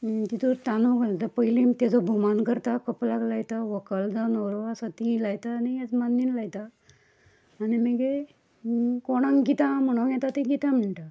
तितूर तांदूळ घालता पयलीं ताचो भोवमान करता कपलाक लायता व्हंकल जावं नवरो आसा तींवूय लायता आनी येजमानीय लायता आनी मगीर कोणांक गितां म्हणूंक येता तीं गितां म्हणटा